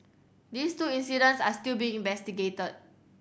these two incidents are still being investigated